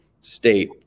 state